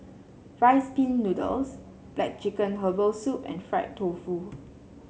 Rice Pin Noodles black chicken Herbal Soup and Fried Tofu